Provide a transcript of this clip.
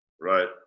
Right